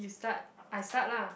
you start I start lah